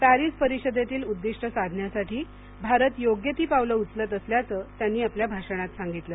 Paris परिषदेतील उद्दिष्ट साधण्यासाठी भारत योग्य ती पावलं उचलत असल्याचं त्यांनी आपल्या भाषणात सांगितलं